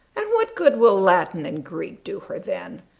and what good will latin and greek do her then?